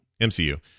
MCU